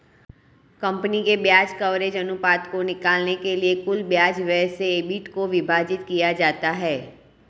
company के ब्याज coverage अनुपात को निकालने के लिए कुल ब्याज व्यय से ईबिट को विभाजित किया जाता है